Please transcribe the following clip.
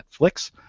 Netflix